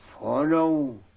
follow